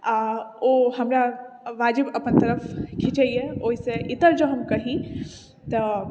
आ ओ हमरा वाजिब अपन तरफ खीँचेया ओहि से इतर जे हम कही तऽ